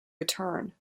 return